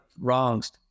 wrongs